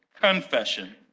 confession